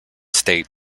state